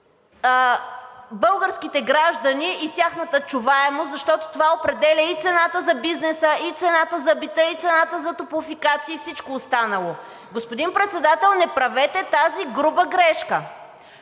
българските граждани и тяхната чуваемост, защото това определя и цената за бизнеса, и цената за бита, и цената за топлофикация и всичко останало? Господин Председател, не правете тази грешка!